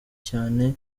cyane